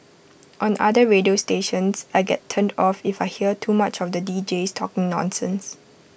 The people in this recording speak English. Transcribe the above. on other radio stations I get turned off if I hear too much of the Deejays talking nonsense